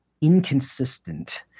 inconsistent